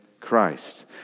Christ